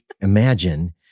imagine